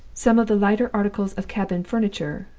some of the lighter articles of cabin furniture,